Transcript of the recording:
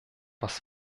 was